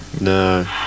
No